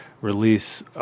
release